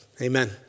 amen